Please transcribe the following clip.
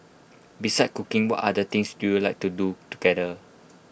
besides cooking what other things do you like to do together